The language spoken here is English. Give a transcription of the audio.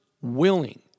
willing